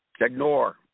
ignore